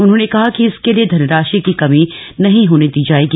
उन्होंने कहा कि इसके लिये धनराशि की कमी नहीं होने दी जायेगी